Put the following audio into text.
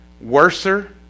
worser